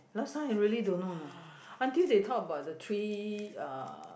last time I really don't know you know until they talk about the three uh